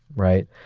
right?